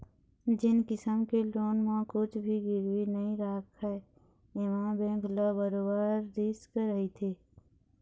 जेन किसम के लोन म कुछ भी गिरवी नइ राखय एमा बेंक ल बरोबर रिस्क रहिथे